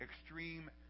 extreme